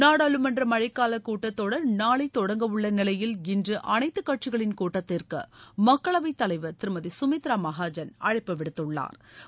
நாடாளுமன்ற மழைக்கால கூட்டத்தொடர் நாளை தொடங்கவுள்ள நிலையில் இன்று அனைத்து கட்சிகளின் கூட்டத்திற்கு மக்களவை தலைவா் திருமதி சுமித்ரா மகாஜன் அழைப்பு விடுத்துள்ளாா்